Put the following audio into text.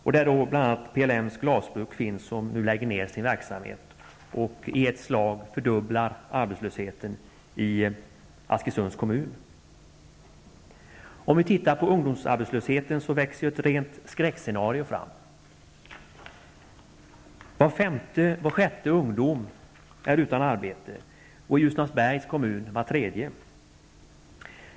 Där läggs bl.a. PLM:s glasbruk ner, vilket i ett slag fördubblar arbetslösheten i Om vi tittar på ungdomsarbetslösheten, växer ett rent skräckscenario fram. Var femte, sjätte ungdom är utan arbete, och i Ljusnarsbergs kommun var tredje.